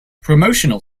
promotional